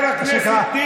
הכנסת גפני,